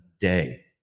day